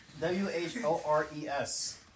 W-H-O-R-E-S